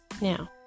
now